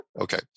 Okay